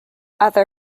other